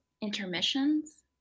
intermissions